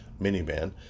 minivan